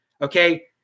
Okay